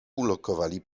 ulokowali